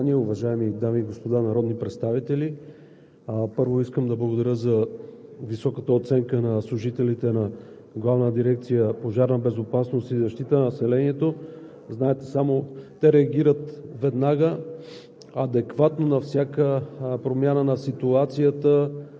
Уважаема госпожо Председател на Народното събрание, уважаеми дами и господа народни представители! Първо, искам да благодаря за високата оценка на служителите на Главна дирекция „Пожарна безопасност и защита на населението“. Знаете, че те реагират веднага